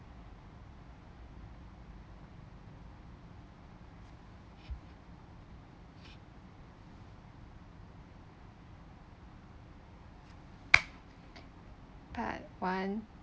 part one